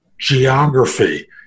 geography